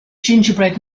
gingerbread